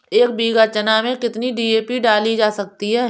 एक बीघा चना में कितनी डी.ए.पी डाली जा सकती है?